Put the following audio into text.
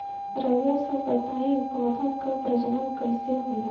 रउआ सभ बताई पौधन क प्रजनन कईसे होला?